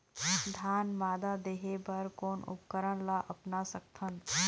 धान मादा देहे बर कोन उपकरण ला अपना सकथन?